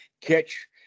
catch